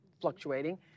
fluctuating